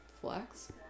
Flex